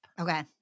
Okay